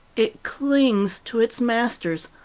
it clings to its masters,